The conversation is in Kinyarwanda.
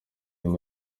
muri